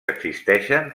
existeixen